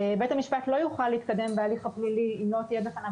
בית המשפט לא יוכל להתקדם בהליך הפלילי אם לא תהיה בפניו